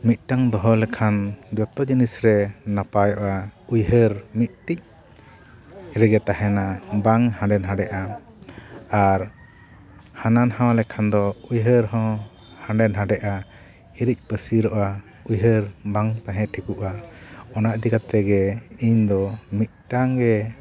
ᱢᱤᱫᱴᱟᱝ ᱫᱚᱦᱚ ᱞᱮᱠᱷᱟᱱ ᱡᱚᱛᱚ ᱡᱤᱱᱤᱥ ᱨᱮ ᱱᱟᱯᱟᱭᱚᱜᱼᱟ ᱩᱭᱦᱟᱹᱨ ᱢᱤᱫᱴᱤᱡ ᱨᱮᱜᱮ ᱛᱟᱦᱮᱱᱟ ᱵᱟᱝ ᱦᱟᱸᱰᱮ ᱱᱟᱰᱮᱜᱼᱟ ᱟᱨ ᱦᱟᱱᱟ ᱱᱟᱣᱟ ᱞᱮᱠᱷᱟᱱ ᱫᱚ ᱩᱭᱦᱟᱹᱨ ᱦᱚᱸ ᱦᱟᱸᱰᱮ ᱱᱟᱰᱮᱜᱼᱟ ᱦᱤᱨᱤᱡ ᱯᱟᱹᱥᱤᱨᱚᱜᱼᱟ ᱩᱭᱦᱟᱹᱨ ᱵᱟᱝ ᱛᱟᱦᱮᱸ ᱴᱷᱤᱠᱚᱜᱼᱟ ᱚᱱᱟ ᱤᱫᱤ ᱠᱟᱛᱮ ᱜᱮ ᱤᱧ ᱫᱚ ᱢᱤᱫᱴᱟᱝ ᱜᱮ